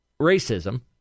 racism